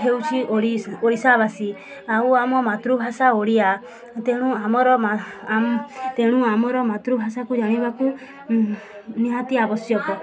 ହେଉଛି ଓଡ଼ିଶା ଓଡ଼ିଶାବାସୀ ଆଉ ଆମ ମାତୃଭାଷା ଓଡ଼ିଆ ତେଣୁ ଆମର ତେଣୁ ଆମର ମାତୃଭାଷାକୁ ଜାଣିବାକୁ ନିହାତି ଆବଶ୍ୟକ